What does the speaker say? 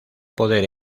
poder